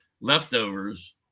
leftovers